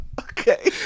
Okay